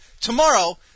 Tomorrow